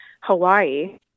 Hawaii